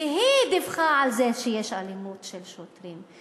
והיא דיווחה על זה שיש אלימות של שוטרים,